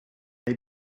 they